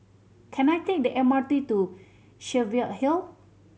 can I take the M R T to Cheviot Hill